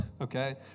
okay